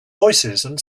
voicesand